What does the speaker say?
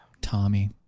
Tommy